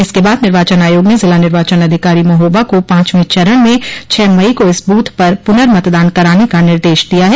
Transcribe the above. इसके बाद निर्वाचन आयोग ने जिला निर्वाचन अधिकारी महोबा को पांचवें चरण में छह मई को इस बूथ पर पुनर्मतदान कराने का निर्देश दिया है